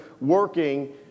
working